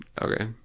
Okay